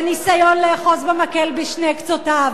זה ניסיון לאחוז במקל בשני קצותיו.